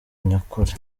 nyakuri